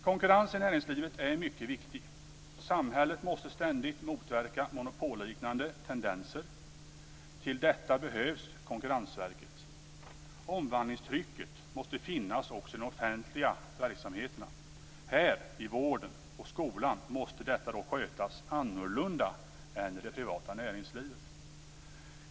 Konkurrens i näringslivet är viktigt. Samhället måste ständigt motverka monopolliknande tendenser. Till det behövs Konkurrensverket. Omvandlingstrycket måste finnas också i de offentliga verksamheterna. I vården och skolan måste detta dock skötas annorlunda än i det privata näringslivet.